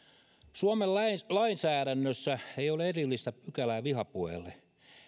suomen lainsäädännössä ei ole erillistä pykälää vihapuheelle